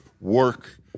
work